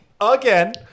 again